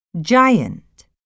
Giant